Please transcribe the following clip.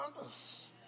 others